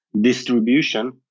distribution